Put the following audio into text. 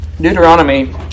Deuteronomy